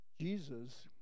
Jesus